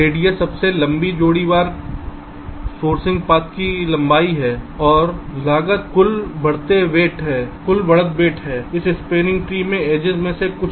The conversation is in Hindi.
रेडियस सबसे लंबी जोड़ी वार सोर्सिंग पथ की लंबाई है और लागत कुल बढ़तवेट है इस स्पॅनिंग ट्री में एजेस में से कुछ